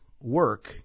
work